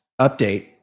Update